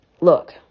look